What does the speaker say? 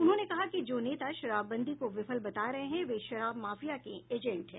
उन्होंने कहा कि जो नेता शराबबंदी को विफल बता रहे हैं वे शराब माफिया के एजेंट हैं